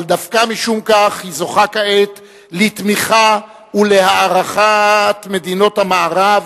אבל דווקא משום כך היא זוכה כעת לתמיכה ולהערכת מדינות המערב,